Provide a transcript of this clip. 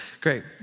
great